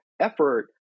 effort